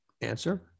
answer